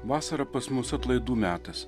vasarą pas mus atlaidų metas